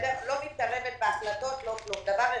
אני לא מתערבת בהחלטות, לא כלום, דבר אחד,